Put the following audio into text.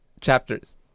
chapters